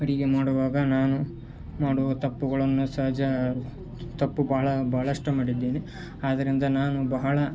ಅಡುಗೆ ಮಾಡುವಾಗ ನಾನು ಮಾಡುವ ತಪ್ಪುಗಳನ್ನು ಸಹಜ ತಪ್ಪು ಭಾಳ ಭಾಳಷ್ಟು ಮಾಡಿದ್ದೇನೆ ಆದರಿಂದ ನಾನು ಬಹಳ